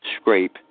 scrape